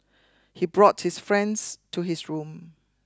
he brought his friends to his room